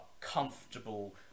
comfortable